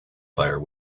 fire